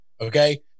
Okay